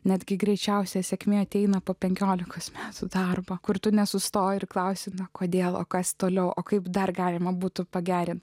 netgi greičiausiai sėkmė ateina po penkiolikos metų darbo kur tu nesustoji ir klausimą kodėl kas toliau o kaip dar galima būtų pagerinti